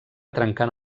trencant